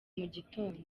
mugitondo